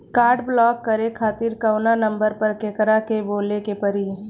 Card block करे खातिर कवना नंबर पर केकरा के बोले के परी?